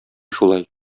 шулай